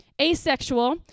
Asexual